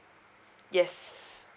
yes